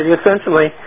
essentially